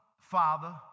father